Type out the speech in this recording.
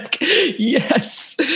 yes